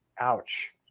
Ouch